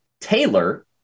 Taylor